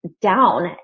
down